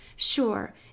sure